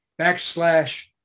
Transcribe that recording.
backslash